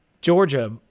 Georgia